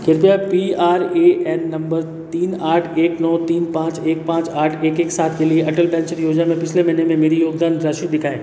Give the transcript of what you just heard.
कृपया P R A N number तीन आठ एक नौ तीन पाँच एक पाँच आठ एक एक सात के लिए अटल पेंशन योजना में पिछले महीने में मेरी योगदान राशि दिखाएँ